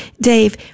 Dave